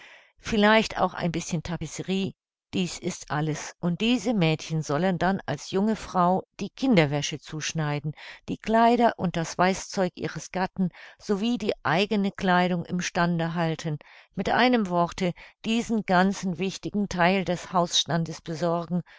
vielleicht auch ein bischen tapisserie dies ist alles und diese mädchen sollen dann als junge frau die kinderwäsche zuschneiden die kleider und das weißzeug ihres gatten sowie die eigene kleidung im stande halten mit einem worte diesen ganzen wichtigen theil des hausstandes besorgen